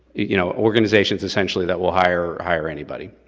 you know organizations essentially that will hire hire anybody.